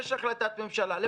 יש החלטת ממשלה.